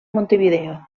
montevideo